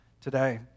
today